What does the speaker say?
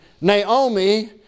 Naomi